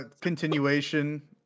continuation